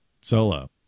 Solo